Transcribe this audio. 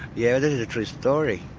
yeah, this is a true story.